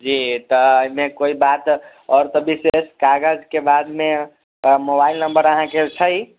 जी त एहिमे कोइ बात और तऽ विशेष कागजके बादमे मोबाइल नम्बर अहाँके छै